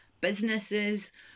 businesses